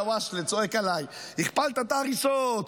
אלהואשלה צועק עליי: הכפלת את ההריסות,